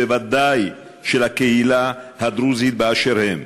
בוודאי של הקהילה הדרוזית באשר היא.